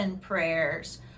prayers